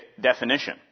definition